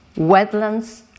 wetlands